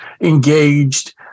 engaged